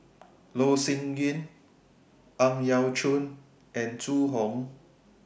Loh Sin Yun Ang Yau Choon and Zhu Hong